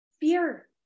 Fear